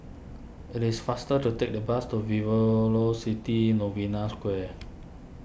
it is faster to take the bus to vivo locity Novena Square